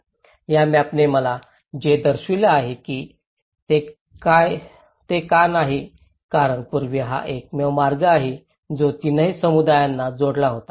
या मॅपने मला ते दर्शविले आहेत की ते का नाही कारण पूर्वी हा एकमेव मार्ग आहे जो तीनही समुदायांना जोडत होता